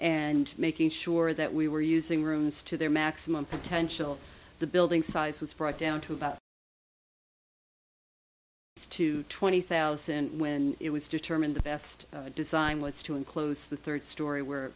and making sure that we were using rooms to their maximum potential the building size was brought down to about two twenty thousand when it was determined the best design was to enclose the third story where